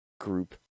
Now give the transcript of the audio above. group